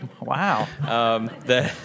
Wow